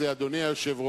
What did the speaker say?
כאן, אדוני היושב-ראש,